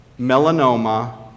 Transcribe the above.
melanoma